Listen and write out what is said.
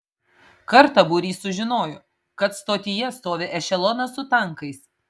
kartą būrys sužinojo kad stotyje stovi ešelonas su tankais